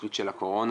ההתפשטות הקורונה.